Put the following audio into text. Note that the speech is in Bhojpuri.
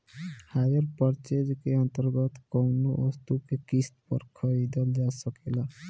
हायर पर्चेज के अंतर्गत कौनो वस्तु के किस्त पर खरीदल जा सकेला